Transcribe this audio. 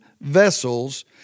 vessels